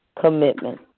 commitment